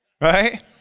right